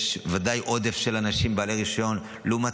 יש ודאי עודף של אנשים בעלי רישיון לעומת